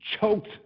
choked